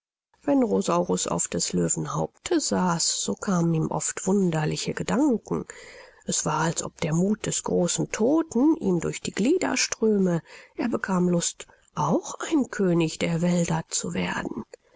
wenn rosaurus auf des löwen haupte saß so kamen ihm oft wunderliche gedanken es war als ob der muth des großen todten ihm durch die glieder ströme er bekam lust auch ein könig der wälder zu werden